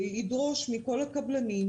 לדרוש מכל הקבלנים,